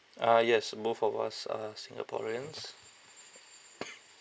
ah yes both of us are singaporeans